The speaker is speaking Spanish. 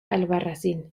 albarracín